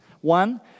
One